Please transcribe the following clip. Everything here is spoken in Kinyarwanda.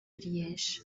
liège